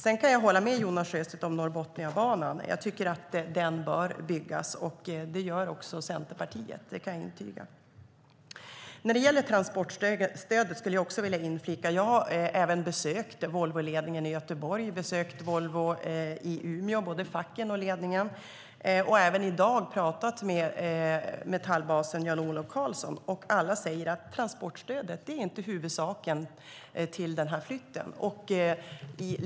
Jag kan hålla med Jonas Sjöstedt om Norrbotniabanan. Den bör byggas. Det anser också Centerpartiet, kan jag intyga. Sedan har jag en kommentar angående transportstödet. Jag har också besökt Volvoledningen i Göteborg, och jag har besökt både facken och ledningen på Volvo i Umeå. Jag har även i dag pratat med Metallordföranden Jan-Olov Carlsson. Alla säger att transportstödet inte är den huvudsakliga anledningen till flytten.